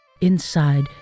Inside